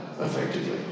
effectively